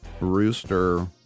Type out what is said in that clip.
rooster